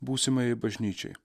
būsimajai bažnyčiai